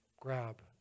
grab